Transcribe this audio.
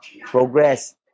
progress